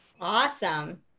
awesome